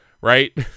Right